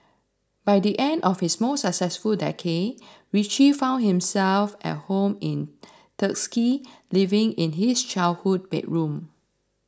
by the end of his most successful decade Richie found himself at home in Tuskegee living in his childhood bedroom